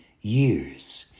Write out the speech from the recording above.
years